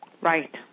Right